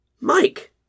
Mike